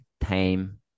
time